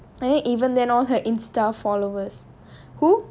இவங்கல்லாம் தான்:ivangalam thaan even then all her insta~ followers who